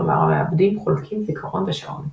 כלומר המעבדים חולקים זיכרון ושעון.